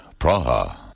Praha